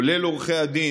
כולל עורכי הדין.